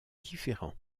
différents